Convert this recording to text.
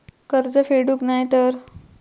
कर्ज फेडूक नाय तर?